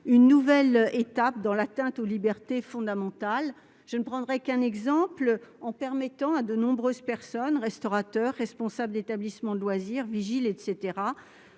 une nouvelle étape dans l'atteinte aux libertés fondamentales. Je ne prendrai qu'un exemple : le dispositif permet à de nombreuses personnes, restaurateurs, responsables d'établissement de loisirs, vigiles ou